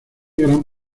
gran